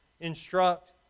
instruct